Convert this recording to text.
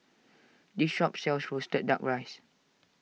this shop sells Roasted Duck Rice